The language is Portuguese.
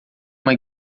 uma